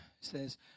says